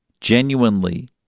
genuinely